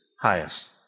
highest